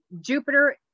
Jupiter